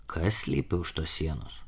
kas slypi už tos sienos